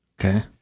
Okay